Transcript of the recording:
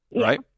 Right